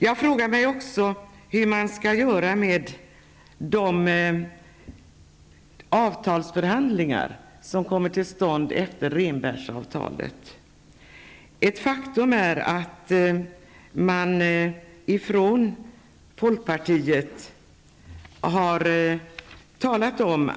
Jag frågar mig också hur man skall göra med de avtalsförhandlingar som kommer till stånd efter Rehnbergsavtalet. Man har talat om detta från folkpartiet.